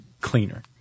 cleaner